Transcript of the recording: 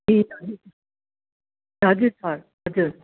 ए हजुर सर हजुर